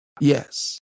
Yes